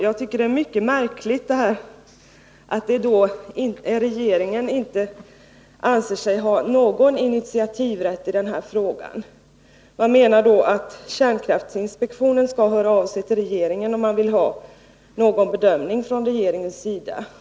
Jag tycker det är mycket märkligt att regeringen inte anser sig ha någon initiativrätt i den här frågan. Man menar att kärnkraftsinspektionen skall höra av sig till regeringen om den vill ha någon bedömning från regeringens sida.